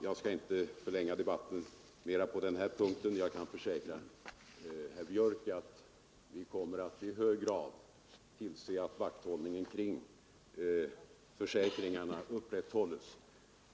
Jag skall inte förlänga debatten mera på den här punkten. Jag kan försäkra herr Björck att vi kommer att i hög grad tillse att vakthållningen kring försäkringarna upprätthålls.